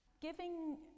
Giving